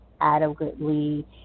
adequately